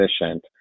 efficient